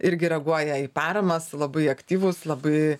irgi reaguoja į paramas labai aktyvūs labai